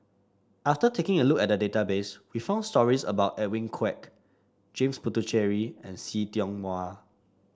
after taking a look at the database we found stories about Edwin Koek James Puthucheary and See Tiong Wah